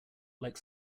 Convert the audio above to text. like